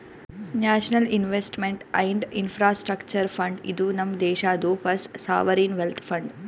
national investment and infrastructure fund, ಇದು ನಮ್ ದೇಶಾದು ಫಸ್ಟ್ ಸಾವರಿನ್ ವೆಲ್ತ್ ಫಂಡ್